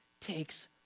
takes